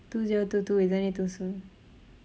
two zero two two isn't it too soon